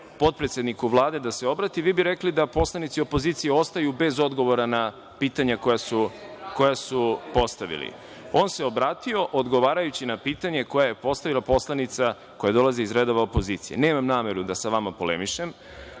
potpredsedniku Vlade da se obrati, vi bi rekli da poslanici opozicije ostaju bez odgovora na pitanja koja su postavili. On se obratio odgovarajući na pitanje koje je postavila poslanica koja dolazi iz redova opozicije. Nemam nameru da sa vama polemišem,